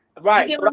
right